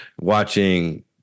watching